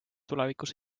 tulevikus